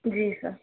جی سر